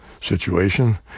situation